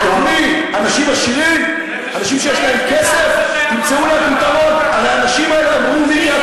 לתושבי גבעת-עמל כשעקרתם אותם באלימות